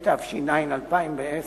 התש"ע 2010,